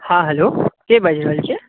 हॅं हेल्लो के बाजि रहल छियै